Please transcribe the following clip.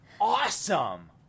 awesome